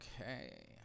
Okay